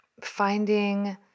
finding